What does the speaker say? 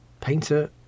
painter